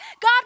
God